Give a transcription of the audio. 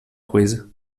coisa